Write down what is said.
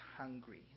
hungry